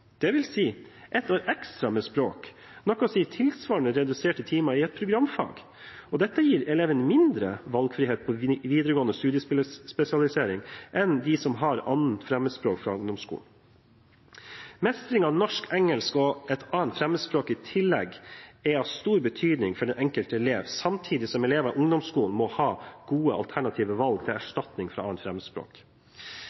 et år ekstra med språk, noe som gir tilsvarende redusert timetall i et programfag. Dette gir eleven mindre valgfrihet på videregående studiespesialisering enn det de som har 2. fremmedspråk fra ungdomsskolen, har. Mestring av norsk, engelsk og et 2. fremmedspråk i tillegg er av stor betydning for den enkelte elev, samtidig som elever i ungdomsskolen må ha gode alternative valg til erstatning